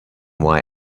why